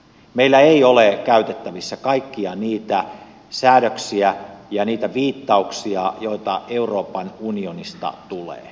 meillä ei ole käytettävissä kaikkia niitä säädöksiä ja niitä viittauksia joita euroopan unionista tulee